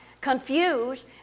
confused